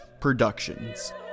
Productions